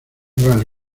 vale